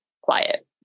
quiet